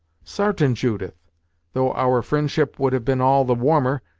sartain, judith though our fri'ndship would have been all the warmer,